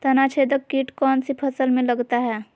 तनाछेदक किट कौन सी फसल में लगता है?